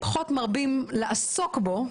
ופחות מרבים לעסוק בו.